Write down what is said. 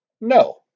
No